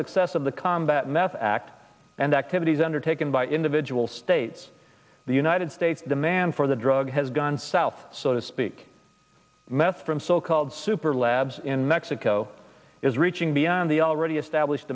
success of the combat meth act and activities undertaken by individual states the united states demand for the drugs has gone south so to speak meth from so called super labs in mexico is reaching beyond the already established